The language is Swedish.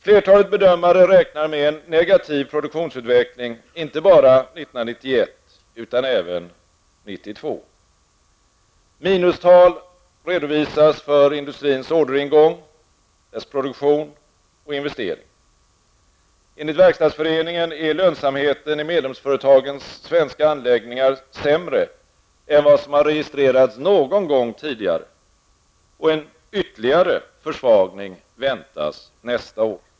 Flertalet bedömare räknar med en negativ produktionsutveckling inte bara 1991 utan även Enligt Verkstadsföreningen är lönsamheten i medlemsföretagens svenska anläggningar sämre än vad som har registrerats någon gång tidigare, och en ytterligare försvagning väntas nästa år.